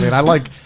mean, i like.